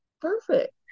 Perfect